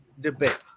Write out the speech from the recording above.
debate